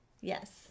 Yes